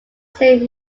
saint